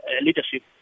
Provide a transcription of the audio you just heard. leadership